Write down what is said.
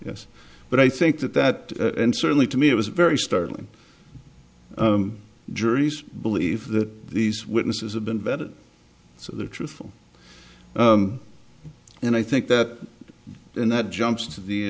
yes but i think that that and certainly to me it was very startling juries believe that these witnesses have been vetted so they're truthful and i think that and that jumps to the